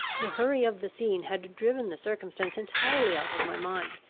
the hurry of the scene had driven the circumstance entirely out of my mind,